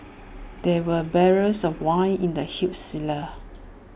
there were barrels of wine in the huge cellar